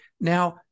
now